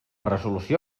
resolució